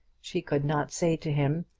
she could not say to him,